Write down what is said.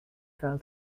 fell